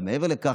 אבל מעבר לכך,